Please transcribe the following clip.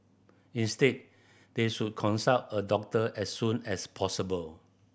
instead they should consult a doctor as soon as possible